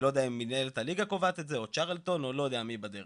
אני לא יודע אם מנהלת הליגה קובעת את זה או צ'רלטון או לא יודע מי בדרך.